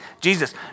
Jesus